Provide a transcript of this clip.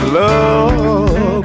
love